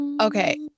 okay